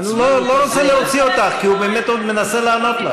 לא רוצה להוציא אותך, כי הוא באמת מנסה לענות לך.